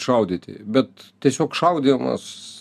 šaudyti bet tiesiog šaudymas